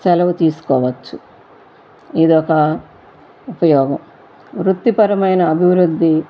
సెలవు తీసుకోవచ్చు ఇదొక ఉపయోగం వృత్తి పరమైన అభివృద్ధి